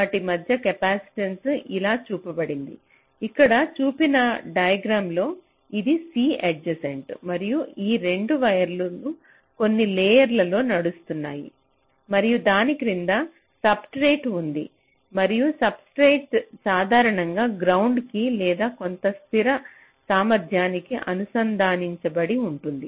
వాటి మధ్య కెపాసిటెన్స ఇలా చూపబడింది ఇక్కడ చూపించిన డైగ్రామ్ లో ఇది C ఎడ్జ్సెంట్ మరియు ఈ రెండు వైర్ లు కొన్ని లేయర్ లో నడుస్తున్నాయి మరియు దాని క్రింద సబ్ స్ట్రెట్ ఉంది మరియు సబ్ స్ట్రెట్ సాధారణంగా గ్రౌండ్ కి లేదా కొంత స్థిర సామర్థ్యానికి అనుసంధానించబడి ఉంటుంది